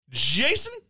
Jason